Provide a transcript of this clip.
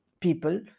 people